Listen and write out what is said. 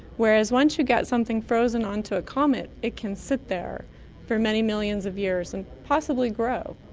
whereas once you get something frozen onto a comet it can sit there for many millions of years and possibly grow.